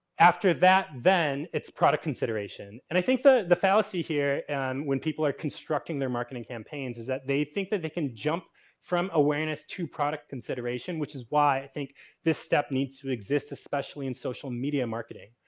after that then it's product consideration. and i think the the fallacy here and when people are constructing their marketing campaigns is that they think that they can jump from awareness to product consideration. which is why think this step needs to exist especially in social media marketing.